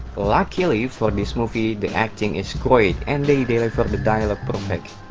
luckily for this movie the acting is great and they deliver the dialogue perfect.